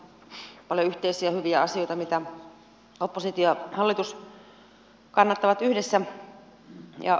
tässä on paljon yhteisiä hyviä asioita mitä oppositio ja hallitus kannattavat yhdessä